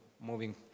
moving